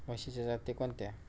म्हशीच्या जाती कोणत्या?